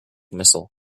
missile